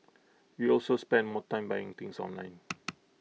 we also spend more time buying things online